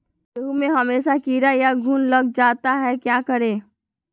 गेंहू में हमेसा कीड़ा या घुन लग जाता है क्या करें?